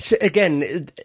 Again